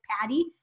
Patty